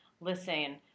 listen